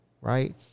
right